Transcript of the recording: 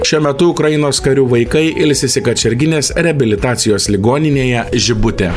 šiuo metu ukrainos karių vaikai ilsisi kačerginės reabilitacijos ligoninėje žibutė